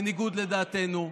בניגוד לדעתנו,